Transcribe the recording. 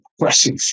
aggressive